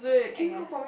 !aiya!